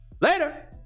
later